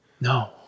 No